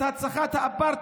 את הנצחת האפרטהייד.